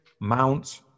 Mount